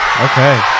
okay